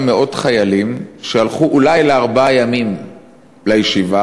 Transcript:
מאות חיילים והלכו אולי לארבעה ימים לישיבה,